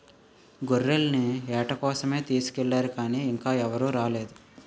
గొర్రెల్ని ఏట కోసమే తీసుకెల్లారు గానీ ఇంకా ఎవరూ రాలేదు